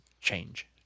change